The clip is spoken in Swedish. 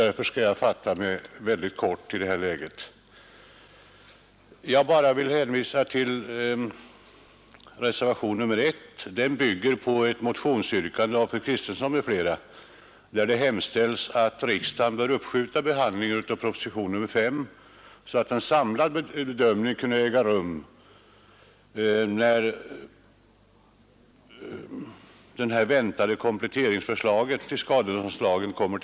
Därför skall jag nu fatta mig mycket kort. Reservationen 1 bygger på en motion av fru Kristensson m.fl. vari hemställs att riksdagen uppskjuter behandlingen av propositionen 5, så att en samlad bedömning kan göras när det väntade kompletteringsförslaget till skadeståndslagen kommer.